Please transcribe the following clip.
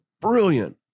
brilliant